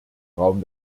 raum